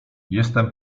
jestem